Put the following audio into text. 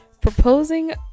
proposing